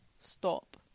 stop